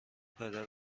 پدر